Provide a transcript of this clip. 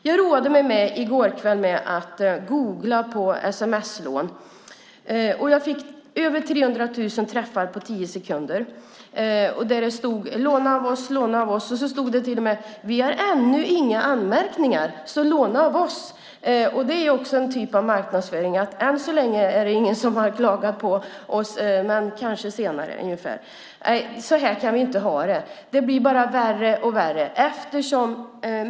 Jag roade mig i går kväll med att googla på sms-lån. Jag fick över 300 000 träffar på tio sekunder. Det stod: Låna av oss! Låna av oss! Det stod till och med: Vi har ännu inga anmärkningar, så låna av oss! Det är också en typ av marknadsföring. Man säger ungefär: Än så länge är det ingen som har klagat på oss, men det kommer kanske senare. Så här kan vi inte ha det. Det blir bara värre och värre.